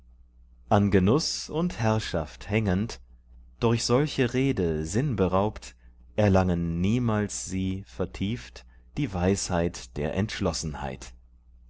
an genuß und herrschaft hängend durch solche rede sinnberaubt erlangen niemals sie vertieft die weisheit der entschlossenheit